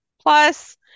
Plus